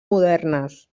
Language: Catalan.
modernes